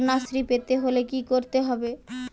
কন্যাশ্রী পেতে হলে কি করতে হবে?